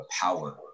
power